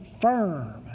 firm